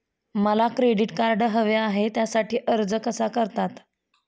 मला credit card हवे आहे त्यासाठी अर्ज कसा करतात?